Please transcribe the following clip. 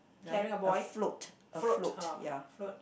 right a float a float ya